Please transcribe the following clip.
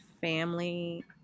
family